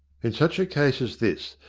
in such a case as this,